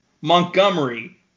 Montgomery